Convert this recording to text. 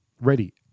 ready